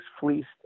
fleeced